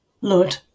Lord